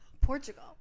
Portugal